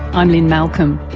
i'm lynne malcolm.